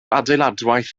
adeiladwaith